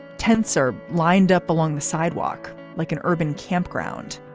tents are lined up along the sidewalk like an urban campground.